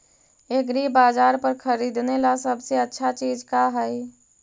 एग्रीबाजार पर खरीदने ला सबसे अच्छा चीज का हई?